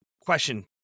question